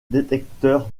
détecteur